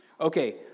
Okay